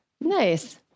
Nice